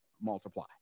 multiply